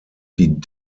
die